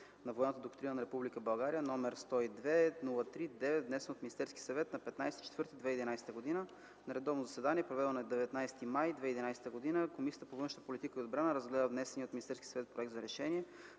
България, № 102-03-9, внесен от Министерски съвет на 15 април 2011 г. На редовно заседание, проведено на 19 май 2011 г., Комисията по външна политика и отбрана разгледа внесения от Министерския съвет проект за решение.